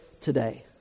today